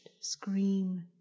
scream